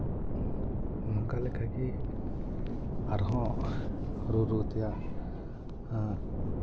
ᱱᱚᱝᱠᱟ ᱞᱮᱠᱟᱜᱮ ᱟᱨᱦᱚᱸ ᱨᱩᱨᱩ ᱛᱮᱭᱟᱜ